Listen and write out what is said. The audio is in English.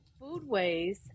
foodways